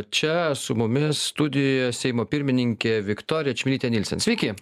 čia su mumis studijoje seimo pirmininkė viktorija čmilytė nylsen sveiki